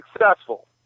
successful